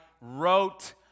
wrote